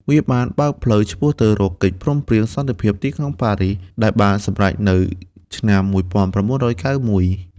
វាបានបើកផ្លូវឆ្ពោះទៅរកកិច្ចព្រមព្រៀងសន្តិភាពទីក្រុងប៉ារីស ដែលបានសម្រេចនៅឆ្នាំ១៩៩១។